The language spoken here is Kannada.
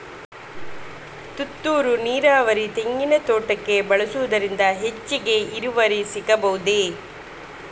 ತುಂತುರು ನೀರಾವರಿ ತೆಂಗಿನ ತೋಟಕ್ಕೆ ಬಳಸುವುದರಿಂದ ಹೆಚ್ಚಿಗೆ ಇಳುವರಿ ಸಿಕ್ಕಬಹುದ?